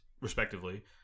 respectively